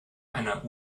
einer